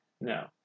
No